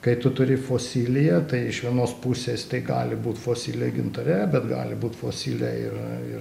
kai tu turi fosiliją tai iš vienos pusės tai gali būt fosilija gintare bet gali būt fosilija ir ir